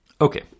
Okay